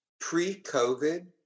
pre-COVID